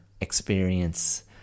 experience